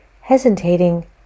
hesitating